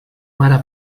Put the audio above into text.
mare